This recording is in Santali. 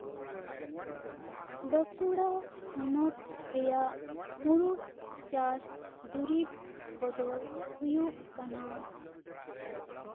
ᱵᱟᱸᱠᱩᱲᱟ ᱦᱚᱱᱚᱛ ᱨᱮᱭᱟᱜ ᱢᱩᱲᱩᱫ ᱪᱟᱥ ᱫᱩᱨᱤᱵᱽ ᱠᱚᱫᱚ ᱦᱩᱭᱩᱜ ᱠᱟᱱᱟ